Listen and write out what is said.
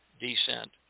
descent